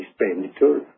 expenditure